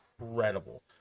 incredible